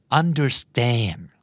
understand